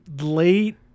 late